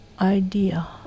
idea